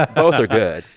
ah both are good,